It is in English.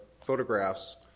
photographs